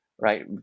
right